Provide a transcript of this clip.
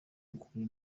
ukuri